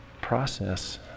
process